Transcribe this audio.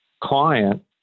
client